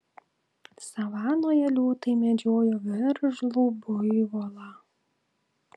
savanoje liūtai medžiojo veržlų buivolą